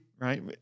right